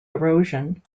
erosion